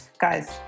guys